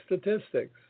statistics